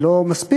זה לא מספיק,